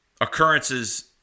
occurrences –